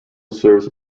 serves